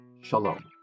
Shalom